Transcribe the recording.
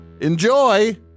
Enjoy